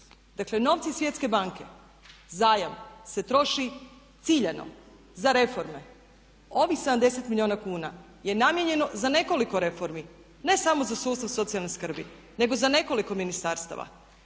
Dakle, novci iz Svjetske banke zajam se troši ciljano za reforme. Ovih 70 milijuna kuna je namijenjeno za nekoliko reformi, ne samo za sustav socijalne skrbi nego za nekoliko ministarstava.